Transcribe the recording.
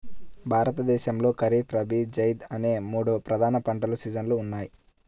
భారతదేశంలో ఖరీఫ్, రబీ, జైద్ అనే మూడు ప్రధాన పంటల సీజన్లు ఉన్నాయి